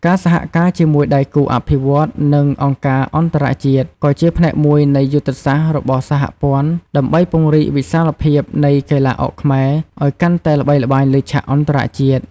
ការសហការជាមួយដៃគូអភិវឌ្ឍន៍ និងអង្គការអន្តរជាតិ ក៏ជាផ្នែកមួយនៃយុទ្ធសាស្ត្ររបស់សហព័ន្ធ ដើម្បីពង្រីកវិសាលភាពនៃកីឡាអុកខ្មែរឱ្យកាន់តែល្បីល្បាញលើឆាកអន្តរជាតិ។